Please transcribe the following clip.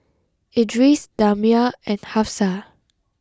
Idris Damia and Hafsa